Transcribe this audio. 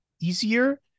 easier